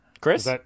chris